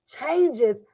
changes